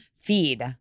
feed